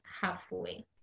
halfway